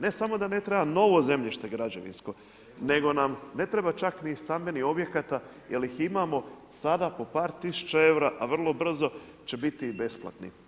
Ne samo da ne treba novo zemljište građevinsko, nego nam ne treba čak ni stambenih objekata jer ih imamo sada po par tisuća eura, a vrlo brzo će biti i besplatni.